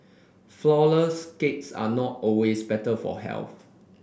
flourless cakes are not always better for health